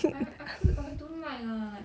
I I put !wah! don't like ah like